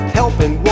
helping